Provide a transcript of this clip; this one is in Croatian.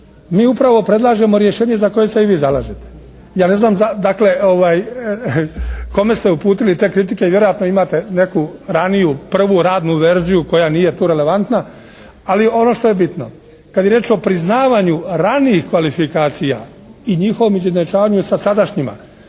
mi upravo predlažemo rješenje za koje se i vi zalažete. Ja ne znam dakle, kome ste uputili te kritike. Vjerojatno imate neku raniju, prvu radnu verziju koja nije tu relevantna. Ali ono što je bitno kad je riječ o priznavanju ranijih kvalifikacija i njihovom izjednačavanju sa sadašnjima.